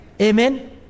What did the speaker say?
Amen